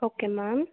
okay ma'am